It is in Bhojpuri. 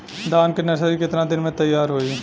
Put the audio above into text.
धान के नर्सरी कितना दिन में तैयार होई?